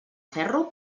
ferro